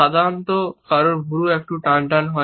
সাধারণত কারও ভ্রু কিছুটা টানটান হয়